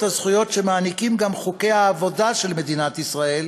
הזכויות שמעניקים גם חוקי העבודה של מדינת ישראל,